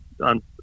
on